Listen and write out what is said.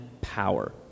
power